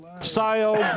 Sail